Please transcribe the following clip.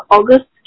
August